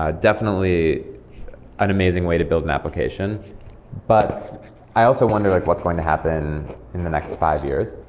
ah definitely an amazing way to build an application but i also wonder like what's going to happen in the next five years.